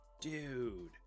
Dude